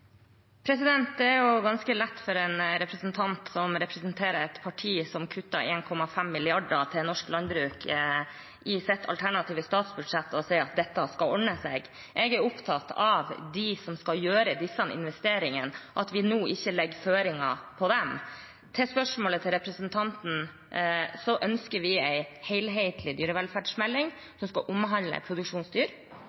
Det er ganske lett for en representant for et parti som kutter 1,5 mrd. kr i bevilgningene til norsk landbruk i sitt alternative statsbudsjett, å si at dette skal ordne seg. Jeg er opptatt av dem som skal gjøre disse investeringene, og at vi nå ikke legger føringer på dem. Til spørsmålet fra representanten: Vi ønsker en helhetlig dyrevelferdsmelding